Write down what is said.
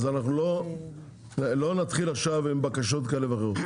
אז אנחנו לא נתחיל עכשיו עם בקשות כאלה ואחרות ,